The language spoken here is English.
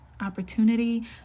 opportunity